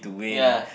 ya